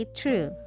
true